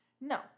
No